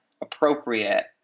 appropriate